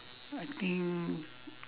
I think